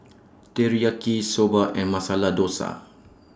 Teriyaki Soba and Masala Dosa